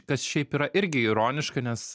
kas šiaip yra irgi ironiška nes